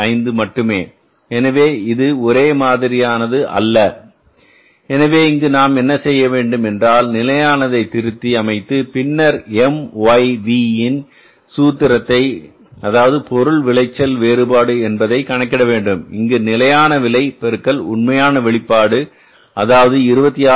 5 மட்டுமே எனவே இது ஒரே மாதிரியானது அல்ல எனவே இங்கு நாம் என்ன செய்ய வேண்டும் என்றால் நிலையானது திருத்தி அமைத்து பின்னர் MYVயின் சூத்திரத்தை அதாவது பொருள் விளைச்சல் வேறுபாடு என்பதை கணக்கிட வேண்டும் இங்கு நிலையான விலை பெருக்கல் உண்மையான வெளிப்பாடு அதாவது 26